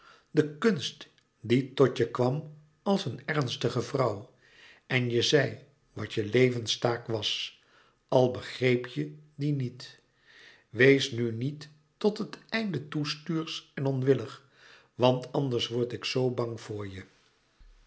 de kunst die tot je kwam als een ernstige vrouw en je zei wat je levenstaak was al begreep je die niet wees nu niet tot het einde toe stuursch en louis couperus metamorfoze onwillig want anders word ik zoo bang voor je